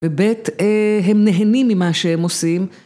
בבית, הם נהנים ממה שהם עושים.